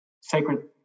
sacred